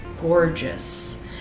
gorgeous